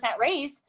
raise